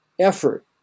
effort